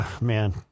man